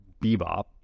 Bebop